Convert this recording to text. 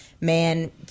man